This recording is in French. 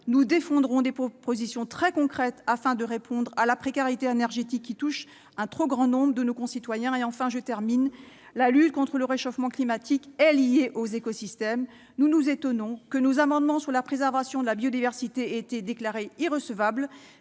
nous défendrons des propositions très concrètes pour lutter contre la précarité énergétique qui touche un trop grand nombre de nos concitoyens. Enfin, la lutte contre le réchauffement climatique est liée aux écosystèmes. Nous nous étonnons que nos amendements sur la préservation de la biodiversité aient été déclarés irrecevables.